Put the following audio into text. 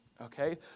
okay